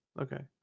Okay